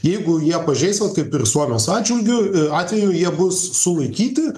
jeigu jie pažeis vat kaip ir suomijos atžvilgiu atveju jie bus sulaikyti